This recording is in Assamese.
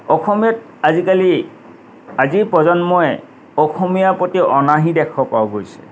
অসমীয়াত আজিকালি আজিৰ প্ৰজন্মই অসমীয়া প্ৰতি অনাহী দেখা পোৱা গৈছে